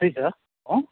त्यही त हँ